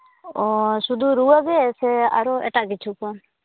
ᱚ ᱥᱩᱫᱷᱩ ᱨᱩᱣᱟᱹ ᱜᱮ ᱥᱮ ᱟᱨᱦᱚᱸ ᱮᱴᱟᱜ ᱠᱤᱪᱷᱩ ᱠᱚ